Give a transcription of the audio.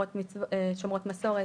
שומרות מסורת,